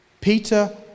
Peter